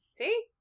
See